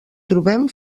trobem